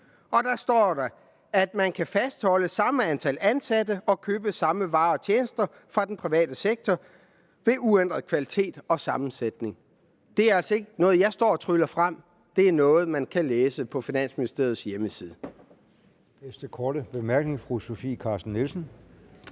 Og der står, at man kan fastholde samme antal ansatte og købe samme varer og tjenester fra den private sektor ved uændret kvalitet og sammensætning – ved uændret kvalitet og sammensætning. Det er altså ikke noget, jeg står og tryller frem; det er noget, man kan læse på Finansministeriets hjemmeside.